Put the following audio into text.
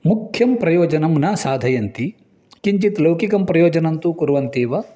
मुख्यं प्रयोजनं न साधयन्ति किञ्चित् लौकिकं प्रयोजनं तु कुर्वन्ति एव